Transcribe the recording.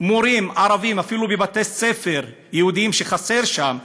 מורים ערבים אפילו בבתי-ספר יהודיים שחסרים בהם,